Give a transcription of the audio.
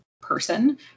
person